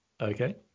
Okay